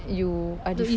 you are just